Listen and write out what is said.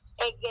Again